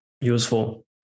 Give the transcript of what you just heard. useful